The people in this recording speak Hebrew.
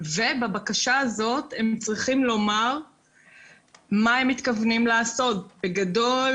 ובבקשה הזאת הם צריכים לומר מה הם מתכוונים לעשות בגדול,